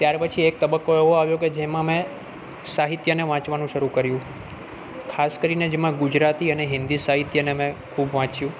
ત્યારપછી એક તબક્કો એવો આવ્યો કે જેમાં મેં સાહિત્યને વાંચવાનું શરૂ કર્યું ખાસ કરીને જેમાં ગુજરાતી અને હિન્દી સાહિત્યને મેં ખૂબ વાંચ્યું